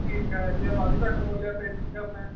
ਠੀਕ ਹੈ ਜੇ ਵੱਧ ਘੱਟ ਬੋਲਿਆ ਫਿਰ ਕੀ ਕਰਨਾ